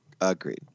Agreed